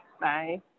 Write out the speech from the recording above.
Bye